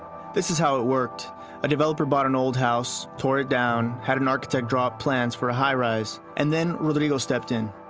this is how it worked a developer bought an old house, tore it down, had an architect draw up plans for high rise and then rodrigo stepped in.